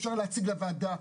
אפשר להציג לוועדה.